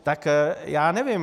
Tak já nevím.